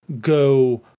go